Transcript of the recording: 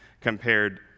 compared